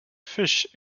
fish